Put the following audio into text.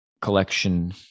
collection